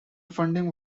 funding